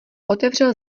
otevřel